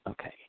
Okay